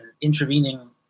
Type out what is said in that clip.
intervening